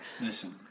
Listen